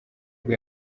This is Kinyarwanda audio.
bwo